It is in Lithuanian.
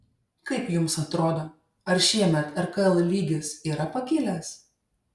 kaip jums atrodo ar šiemet rkl lygis yra pakilęs